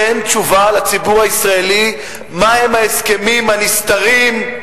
תן תשובה לציבור הישראלי: מה הם ההסכמים הנסתרים,